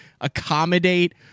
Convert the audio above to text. accommodate